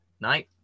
Night